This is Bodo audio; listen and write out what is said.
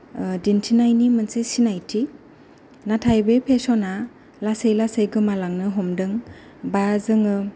ओ दिन्थिनायनि मोनसे सिनायथि नाथाय बे फेसना लासै लासै गोमालांनो हमदों बा जोङो